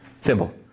Simple